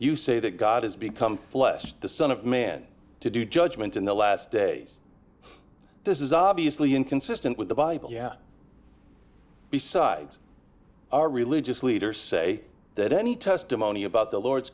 you say that god has become flesh the son of man to do judgment in the last days this is obviously inconsistent with the bible yeah besides our religious leaders say that any testimony about the lord's